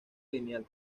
lineal